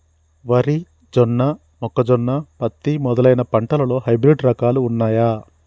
వరి జొన్న మొక్కజొన్న పత్తి మొదలైన పంటలలో హైబ్రిడ్ రకాలు ఉన్నయా?